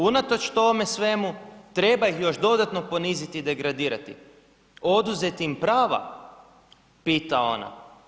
Unatoč tome svemu treba ih još dodano poniziti i degradirati, oduzeti im prava?“, pita ona.